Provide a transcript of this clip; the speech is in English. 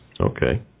Okay